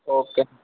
okay